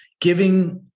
giving